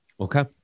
Okay